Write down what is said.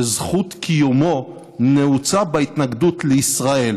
שזכות קיומו נעוצה בהתנגדות לישראל.